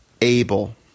able